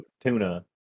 tuna